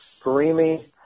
Karimi